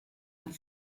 hat